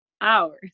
hours